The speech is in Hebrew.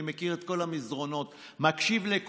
אני מכיר את כל המסדרונות, מקשיב לכולם.